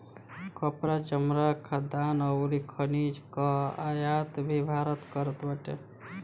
कपड़ा, चमड़ा, खाद्यान अउरी खनिज कअ आयात भी भारत करत बाटे